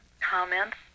comments